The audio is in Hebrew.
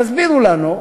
תסבירו לנו,